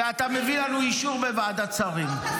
ואתה מביא לנו אישור בוועדת שרים.